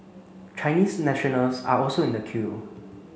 Chinese nationals are also in the queue